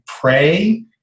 pray